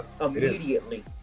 immediately